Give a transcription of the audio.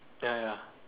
ya ya